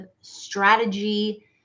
strategy